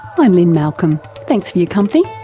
i'm lynne malcolm, thanks for your company,